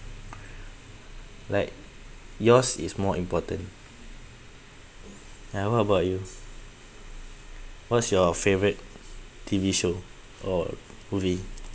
like yours is more important ya what about you what's your favourite T_V show or movie